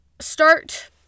start